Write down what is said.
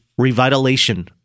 revitalization